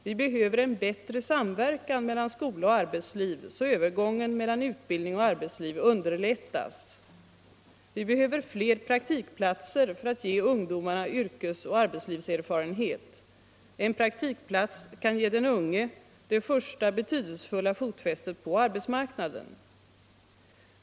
Vi behöver en bättre samverkan mellan skola och arbetsliv, så att övergången mellan utbildning och arbetsliv underlättas. Vi behöver fler praktikplatser för att ge ungdomarna yrkes och arbetslivserfarenhet. En praktikplats kan ge den unge det första, betydelsefulla fotfästet på arbetsmarknaden.